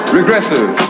Regressive